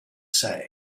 say